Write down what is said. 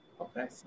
Okay